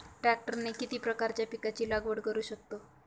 ट्रॅक्टरने किती प्रकारच्या पिकाची लागवड करु शकतो?